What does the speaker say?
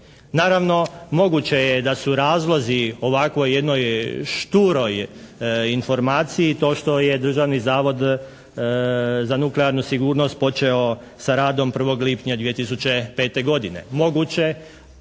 Naravno moguće je da su razlozi ovakvoj jednoj šturoj informaciji to što je Državni zavod za nuklearnu sigurnost počeo sa radom 1. lipnja 2005. godine. Moguće,